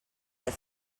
that